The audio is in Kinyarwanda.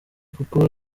kuko